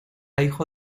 hijo